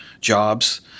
jobs